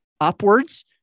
upwards